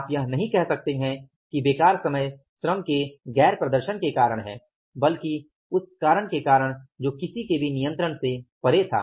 आप यह नहीं कह सकते है कि बेकार समय श्रम के गैर प्रदर्शन के कारण हैं बल्कि उस कारक के कारण जो किसी के भी नियंत्रण से परे था